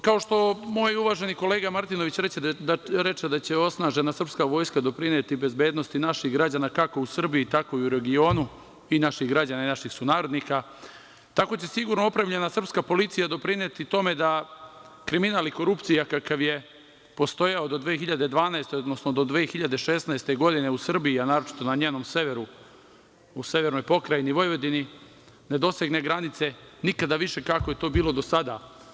Kao što moj uvaženi kolega Martinović reče da će osnažena srpska Vojska doprineti bezbednosti naših građana, kako u Srbiji tako i u regionu, i naših građana i naših sunarodnika, tako će sigurno opremljena srpska policija doprineti tome da kriminal i korupcija kakav je postojao do 2012. odnosno do 2016. godine u Srbiji, a naročito na njenom severu u severnoj Pokrajini Vojvodini, da dosegne granice nikada više kako je to bilo do sada.